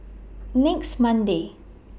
next Monday